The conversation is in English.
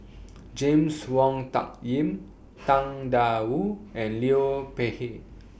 James Wong Tuck Yim Tang DA Wu and Liu Peihe